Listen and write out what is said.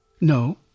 No